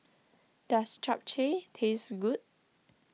does Japchae taste good